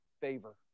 favor